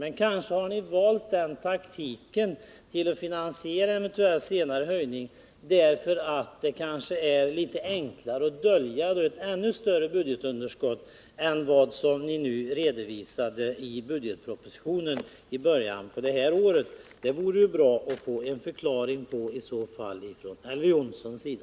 Men kanske har ni valt den taktiken för att finansiera en eventuell senare höjning, därför att det då är litet enklare att dölja ett ännu större budgetunderskott än vad vi redovisade i budgetpropositionen i början av året. Det vore i så fall bra att få en förklaring på detta från Elver Jonssons sida.